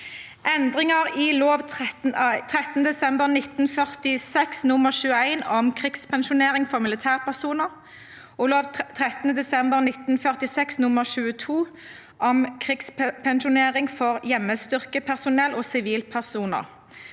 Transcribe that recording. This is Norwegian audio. Endringer i lov 13. desember 1946 nr. 21 om krigspensjonering for militærpersoner og lov 13. desember 1946 nr. 22 om krigspensjonering for hjemmestyrkepersonell og sivilpersoner